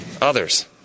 others